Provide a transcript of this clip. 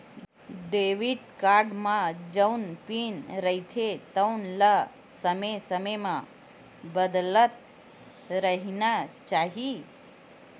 debit card म जउन pin रहिथे तउन ल समे समे म बदलत रहिना चाही